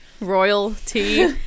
royalty